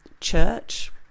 church